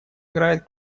играет